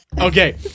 Okay